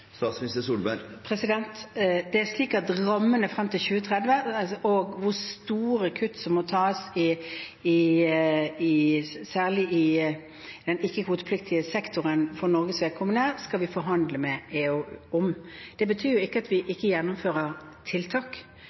Det er slik at rammene frem til 2030 og hvor store kutt som må tas, særlig i den ikke-kvotepliktige sektoren for Norges vedkommende, skal vi forhandle med EU om. Det betyr ikke at vi ikke gjennomfører tiltak.